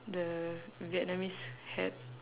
the vietnamese hat